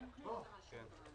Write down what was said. אני פה.